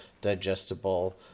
digestible